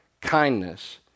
Kindness